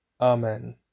Amen